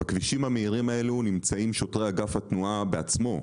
בכבישים המהירים האלו נמצאים שוטרי אגף התנועה בעצמו,